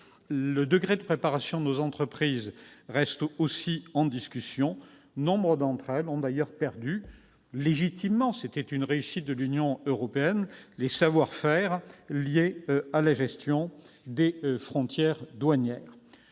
le degré de préparation de nos entreprises reste aussi en discussion. Nombre d'entre elles ont d'ailleurs perdu légitimement- c'était une réussite de l'Union européenne -les savoir-faire liés à la gestion des frontières douanières.